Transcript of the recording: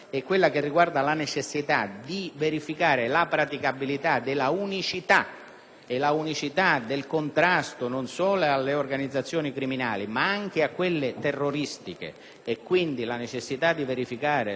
dell'unicità del contrasto non solo alle organizzazioni criminali, ma anche a quelle terroristiche. Vi è la necessità di verificare che anche la procura nazionale antimafia si possa occupare di antiterrorismo,